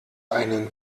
einen